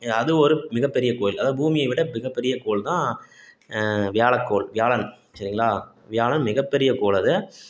அது ஒரு மிகப்பெரிய கோள் அதாவது பூமியை விட மிகப்பெரிய கோள்தான் வியாழக்கோள் வியாழன் சரிங்களா வியாழன் மிகப்பெரிய கோள் அது